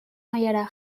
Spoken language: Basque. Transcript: mailara